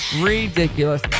Ridiculous